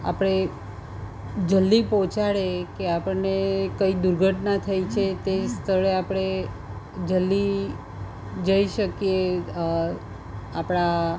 આપણે જલ્દી પહોંચાડે કે આપણને કંઇ દુર્ઘટના થઈ છે તે સ્થળે આપણે જલ્દી જઈ શકીએ આપણા